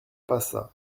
passa